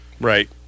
right